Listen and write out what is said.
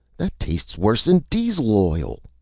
that tastes worse n diesel oil.